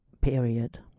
period